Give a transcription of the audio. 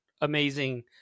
amazing